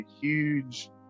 huge